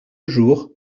jours